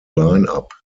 lineup